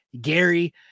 Gary